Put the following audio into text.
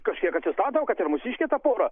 kažkiek atsistato kad ir mūsiškė ta pora